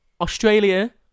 Australia